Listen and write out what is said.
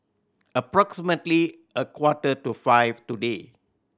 approximately a quarter to five today